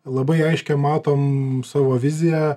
labai aiškiai matom savo viziją